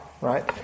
right